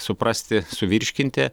suprasti suvirškinti